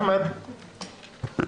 ח"כ טיבי בבקשה.